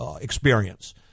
experience